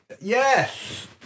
Yes